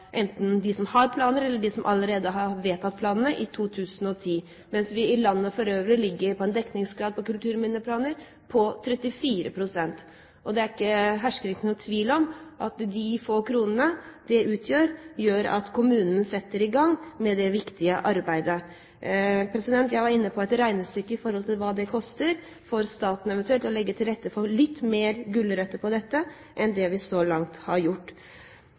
enten for dem som har planer, eller for dem som allerede har vedtatt planene, mens vi i landet for øvrig ligger på en dekningsgrad for kulturminneplaner på 34 pst. Det hersker ikke noen tvil om at de få kronene det utgjør, gjør at kommunene setter i gang med det viktige arbeidet. Jeg var inne på et regnestykke for å finne ut hva det eventuelt koster for staten å legge til rette for litt flere gulrøtter på dette området enn vi så langt har gjort.